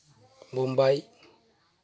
Bombay